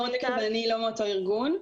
מור דקל ואני לא מאותו ארגון,